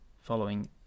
following